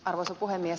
arvoisa puhemies